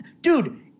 dude